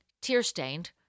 tear-stained